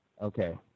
Okay